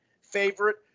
favorite